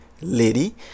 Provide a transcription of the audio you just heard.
lady